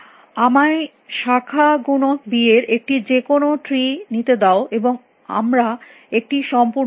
আমায় শাখা গুণক বি এর একটি যে কোনো ট্রি নিতে দাও এবং আমরা একটি সম্পূর্ণ নিচ্ছি